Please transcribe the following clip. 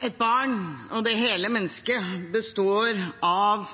Et barn – og det hele mennesket – består av